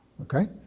Okay